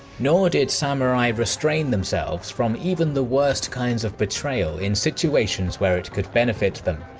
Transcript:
nor did samurai restrain themselves from even the worst kinds of betrayal in situations where it could benefit them,